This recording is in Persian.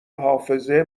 حافظه